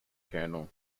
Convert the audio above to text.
kernel